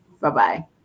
Bye-bye